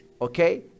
okay